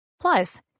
plus